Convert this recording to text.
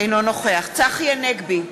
אינו נוכח צחי הנגבי,